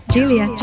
Julia